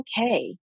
okay